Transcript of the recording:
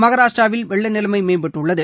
மகாராஷ்டிராவில் வெள்ள நிலைமை மேம்பட்டுள்ளது